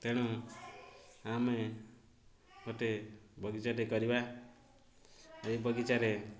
ତେଣୁ ଆମେ ଗୋଟେ ବଗିଚାଟେ କରିବା ଏହି ବଗିଚାରେ